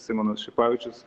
simonas šipavičius